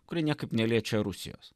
kurie niekaip neliečia rusijos